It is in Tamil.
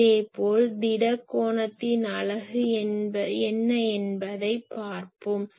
இதேபோல் திட கோணத்தின் அலகு என்ன என்பதை பார்ப்போம்